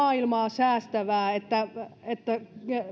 maailmaa säästävää että että